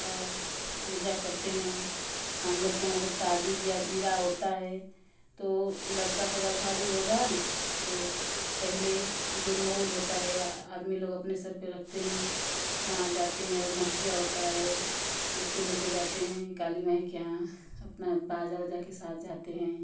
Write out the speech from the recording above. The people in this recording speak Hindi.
और पूजा करते हैं हम लोग के यहाँ जब शादी विवाह होता है तो लड़का का घर शादी होगा तो पहले जो मोर होता है आदमी लोग अपने सिर पर रखते हैं वहां जाते हैं और नथिया होता है उसको लेके जाते हैं काली माई के यहाँ अपना बाजा वाजा के साथ जाते हैं